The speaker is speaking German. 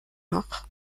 noch